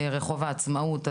רחוב העצמאות,